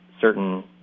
certain